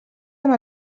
amb